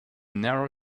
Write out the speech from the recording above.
narrow